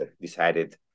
decided